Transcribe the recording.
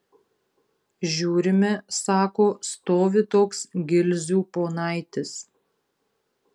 žiūrime sako stovi toks gilzių ponaitis